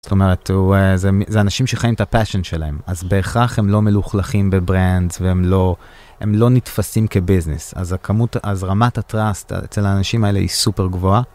זאת אומרת, זה אנשים שחיים את הפאשן שלהם, אז בהכרח הם לא מלוכלכים בברנדס, והם לא נתפסים כביזנס. אז הכמות, רמת הטראסט אצל האנשים האלה היא סופר גבוהה.